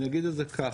אני אגיד את זה ככה,